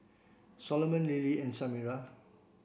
Soloman Lily and Samira